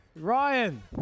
Ryan